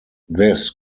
this